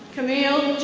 camille